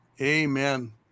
Amen